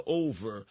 over